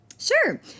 Sure